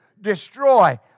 destroy